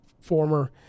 former